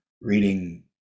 reading